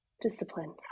Discipline